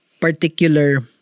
particular